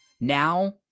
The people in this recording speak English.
now